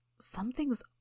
Something's